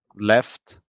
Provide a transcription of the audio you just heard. left